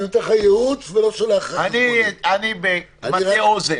אבל אני נותן לך ייעוץ --- אני מטה אוזן.